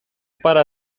para